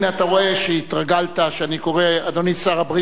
אתה רואה שהתרגלת שאני קורא "אדוני שר הבריאות",